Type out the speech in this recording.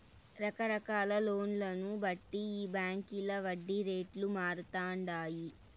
రకరకాల లోన్లను బట్టి ఈ బాంకీల వడ్డీ రేట్లు మారతండాయి